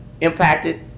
impacted